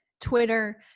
Twitter